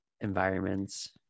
environments